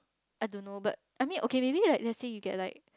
I don't know but I mean okay maybe like let's say you get like